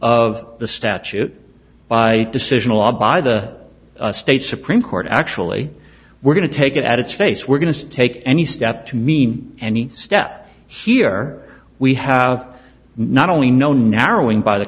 of the statute by decisional the state supreme court actually we're going to take it at its face we're going to take any step to mean any step here we have not only known narrowing by the